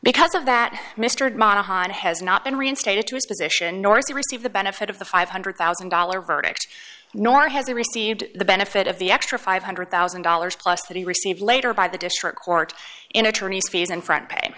because of that mr hahn has not been reinstated to his position nor to receive the benefit of the five hundred thousand dollars verdict nor has he received the benefit of the extra five hundred thousand dollars plus that he received later by the district court in attorneys fees and front pa